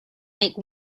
make